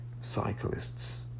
cyclists